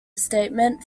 statement